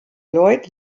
lloyd